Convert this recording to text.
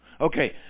Okay